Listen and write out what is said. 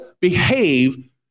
behave